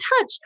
touch